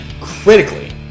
critically